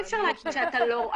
אי-אפשר להגיד שאתה לא רואה.